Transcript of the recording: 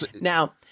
Now